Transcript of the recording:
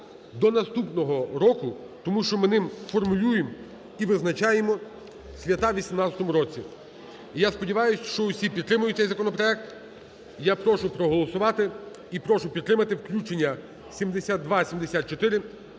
до наступного року, тому що ми формулюємо і визначаємо свята у 2018 році. І я сподіваюсь, що всі підтримають цей законопроект. Я прошу проголосувати і прошу підтримати включення 7274